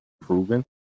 proven